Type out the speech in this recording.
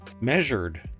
measured